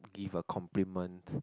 give a compliment